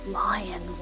lion